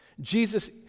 Jesus